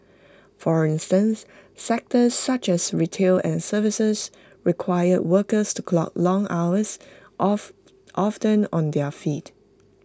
for instance sectors such as retail and services require workers to clock long hours of often on their feet